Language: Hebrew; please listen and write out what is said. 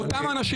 אותם אנשים.